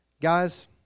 Guys